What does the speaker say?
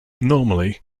normally